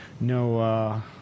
No